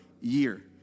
year